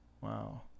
wow